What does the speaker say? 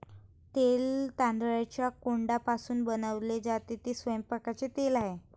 तेल तांदळाच्या कोंडापासून बनवले जाते, ते स्वयंपाकाचे तेल आहे